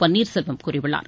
பன்வீர்செல்வம் கூறியுள்ளார்